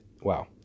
Wow